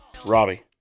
Robbie